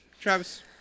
Travis